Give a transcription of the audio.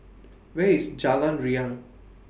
Where IS Jalan Riang